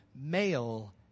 Male